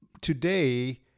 Today